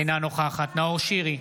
אינה נוכחת נאור שירי,